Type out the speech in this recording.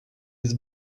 his